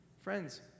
friends